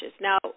now